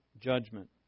judgment